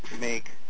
make